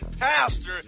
pastor